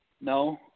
No